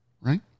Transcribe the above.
right